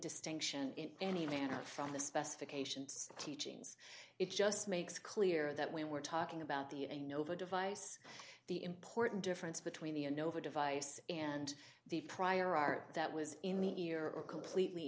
distinction in any manner from the specifications teachings it just makes clear that when we're talking about the a nova device the important difference between the innova device and the prior art that was in the ear or completely